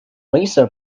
lisa